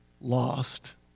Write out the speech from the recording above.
lost